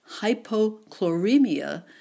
hypochloremia